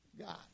God